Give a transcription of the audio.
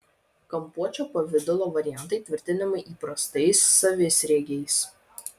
kampuočio pavidalo variantai tvirtinami įprastais savisriegiais